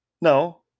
no